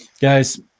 Guys